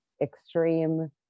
extreme